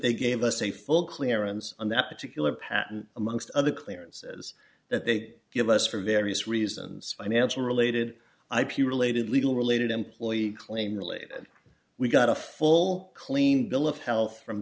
they gave us a full clearance on that particular patent amongst other clearances that they'd give us for various reasons financial related ip related legal related employee claim related we got a full clean bill of health from